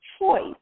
choice